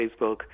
Facebook